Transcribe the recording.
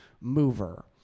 mover